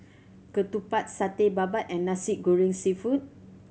ketupat Satay Babat and Nasi Goreng Seafood